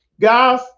guys